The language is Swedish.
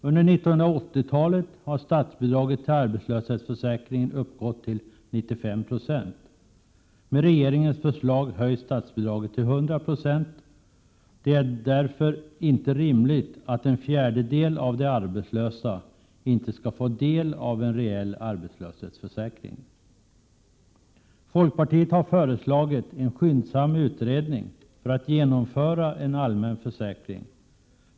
Under 1980-talet har statsbidraget till arbetslöshetsförsäkringen uppgått till 95 96, och med regeringens förslag höjs statsbidraget till 100 96. Det är därför inte rimligt att en fjärdedel av de arbetslösa inte skall få del av en reell arbetslöshetsförsäkring. Folkpartiet har föreslagit en skyndsam utredning för att genomföra en allmän försäkring.